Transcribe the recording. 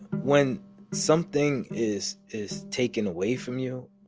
when something is is taken away from you,